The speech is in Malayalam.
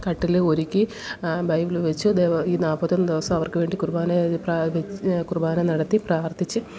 കട്ടില് ഒരുക്കി ബൈബിൾ വെച്ച് ഈ നാല്പത്തിയൊന്ന് ദിവസം അവർക്ക് വേണ്ടി കുർബാന പ്രാർ കുർബാന നടത്തി പ്രാർത്ഥിച്ച്